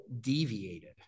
deviated